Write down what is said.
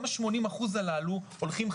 גם ה-80% הללו הולכים,